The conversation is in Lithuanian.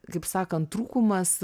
kaip sakant trūkumas